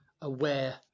aware